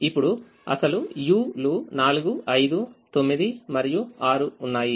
ఇప్పుడు అసలుu లు4 5 9 మరియు 6 ఉన్నాయి